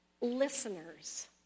listeners